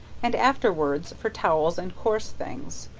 and afterwards for towels and coarse things.